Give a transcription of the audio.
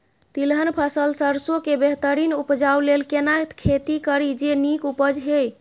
तिलहन फसल सरसों के बेहतरीन उपजाऊ लेल केना खेती करी जे नीक उपज हिय?